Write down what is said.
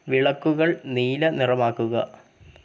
വിളക്കുകൾ നീല നിറമാക്കുക